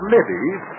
Libby's